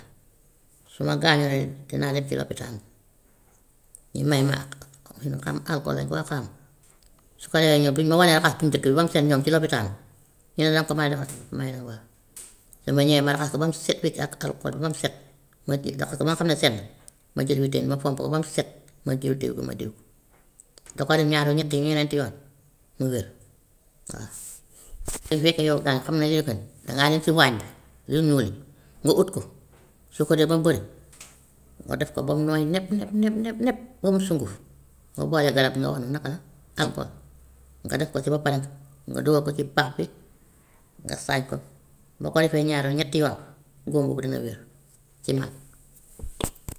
su ma gañuwee dinaa dem si lópitaal bi ñu may ma ñu xam alkol lañ koy wax xaw ma, su ko defee ñoom bu ñu ma wenee raxas bu njëkk bi ba mu set ñoom ci lópitaal bi, ñu ne danga ko mën a defal sa bopp ma ne leen waaw. Su ma ñëwee ma raxas ko ba mu set wecc ak alkol bi ba mu set, ma kii takk ko ba nga xam ne set na ma jël wëttéen ma fomp ko ba mu set, ma jël diw bi ma diw, nga koy def ñaari yoon, ñetti, ñenenti yoon mu wér, waa. Su fekkee yeewtaan xam nga yi gën dangaa ñëw si waañ bi lu ñuul li nga ut ko, soo ko utee ba mu bari nga def ko b mu nooy nepp nepp nepp nepp ba mu sunguf nga boole garab gi wax nii naka la alkol, nga def ko si ba pare nga dugal ko si pax bi nga saañ ko. Boo ko defee ñaari yoon ñetti yoon góom bi dina wér ci man.